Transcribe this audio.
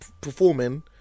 performing